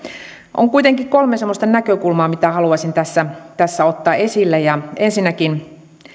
on kuitenkin kolme semmoista näkökulmaa mitkä haluaisin tässä tässä ottaa esille ensinnäkin